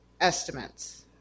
estimates